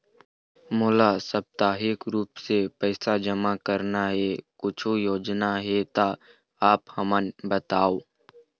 मोला साप्ताहिक रूप से पैसा जमा करना हे, कुछू योजना हे त आप हमन बताव?